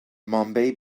mumbai